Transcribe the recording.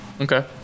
Okay